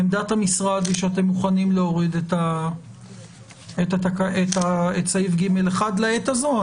עמדת המשרד היא שאתם מוכנים להוריד את סעיף (ג1) לעת הזו?